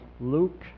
Luke